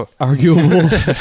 arguable